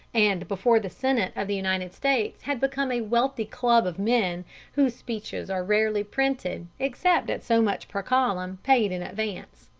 and before the senate of the united states had become a wealthy club of men whose speeches are rarely printed except at so much per column, paid in advance.